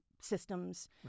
systems